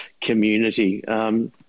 community